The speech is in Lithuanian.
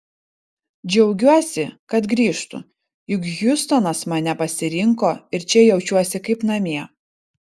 džiaugiuosi kad grįžtu juk hjustonas mane pasirinko ir čia jaučiuosi kaip namie